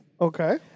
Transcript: Okay